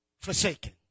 forsaken